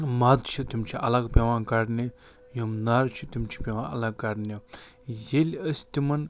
مد چھِ تِم چھِ الگ پٮ۪وان کَڑنہِ یِم نَر چھِ تِم چھِ پٮ۪وان الگ کَڑںہِ ییٚلہِ أسۍ تِمَن